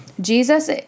Jesus